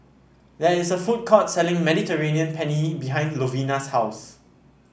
there is a food court selling Mediterranean Penne behind Lovina's house